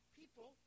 people